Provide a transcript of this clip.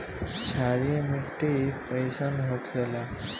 क्षारीय मिट्टी कइसन होखेला?